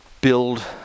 build